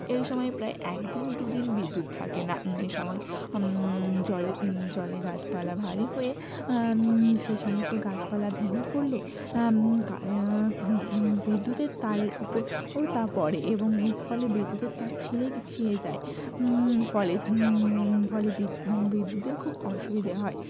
এই সময় প্রায় এক দিন দু দিন বিদ্যুৎ থাকে না এই সময় জলে জলে গাছপালা ভারী হয়ে সেই সমস্ত গাছপালা ভেঙে পড়লে গায়য়া বিদ্যুতের তারের ওপর ও তা পড়ে এবং ওই ফলে বিদ্যুতের তার ছিঁড়ে গি ছিঁড়ে যায় ফলে ফলে বি বিদ্যুতের খুব অসুবিধে হয়